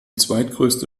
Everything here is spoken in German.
zweitgrößte